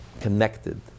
connected